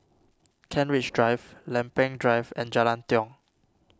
Kent Ridge Drive Lempeng Drive and Jalan Tiong